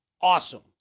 awesome